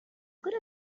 good